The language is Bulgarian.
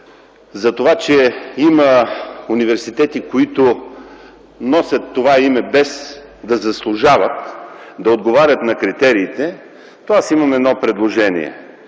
за това, че има университети, които носят това име без да заслужават, без да отговарят на критериите, то аз имам едно предложение.